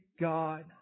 God